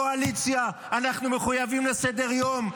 יש פה קואליציה, אנחנו מחויבים לסדר-יום.